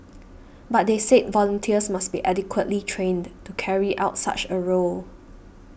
but they said volunteers must be adequately trained to carry out such a role